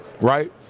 Right